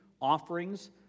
offerings